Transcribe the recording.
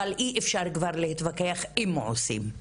אבל אי אפשר להתווכח אם עושים.